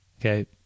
Okay